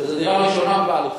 שזו דירה ראשונה בבעלותך.